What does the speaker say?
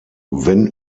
wenn